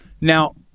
Now